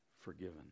forgiven